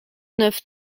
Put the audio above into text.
neuf